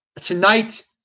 Tonight